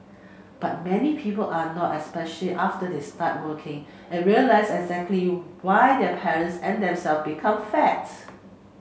but many people are not after they start working and realise exactly why their parents and themselves become fats